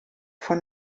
von